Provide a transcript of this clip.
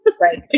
Right